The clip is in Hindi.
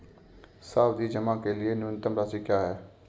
सावधि जमा के लिए न्यूनतम राशि क्या है?